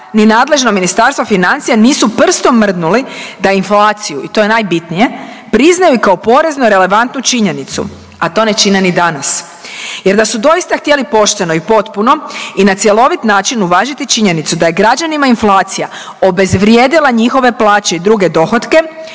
ni nadležno ministarstvo financija nisu prstom mrdnuli da inflaciju i to je najbitnije priznaju kao porezno relevantnu činjenicu, a to ne čine ni danas. Jer da su doista htjeli pošteno i potpuno i na cjelovit način uvažiti činjenicu da je građanima inflacija obezvrijedila njihove plaće i druge dohotke,